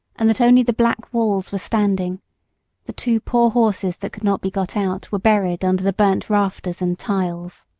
and that only the black walls were standing the two poor horses that could not be got out were buried under the burnt rafters and tiles.